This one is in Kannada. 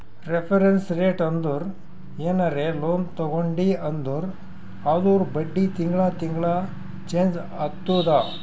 ರೆಫರೆನ್ಸ್ ರೇಟ್ ಅಂದುರ್ ಏನರೇ ಲೋನ್ ತಗೊಂಡಿ ಅಂದುರ್ ಅದೂರ್ ಬಡ್ಡಿ ತಿಂಗಳಾ ತಿಂಗಳಾ ಚೆಂಜ್ ಆತ್ತುದ